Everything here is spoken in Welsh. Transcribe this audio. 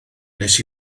nes